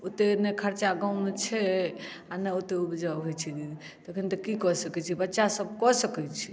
ओतेक ने खर्चा गाँवमे छै आ ने ओतेक उपजाउ होइत छै दीदी तखन तऽ की कऽ सकैत छी बच्चासभ कऽ सकैत छै